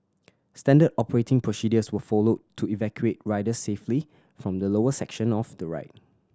standard operating procedures were followed to evacuate riders safely from the lower section of the ride